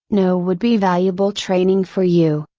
know would be valuable training for you,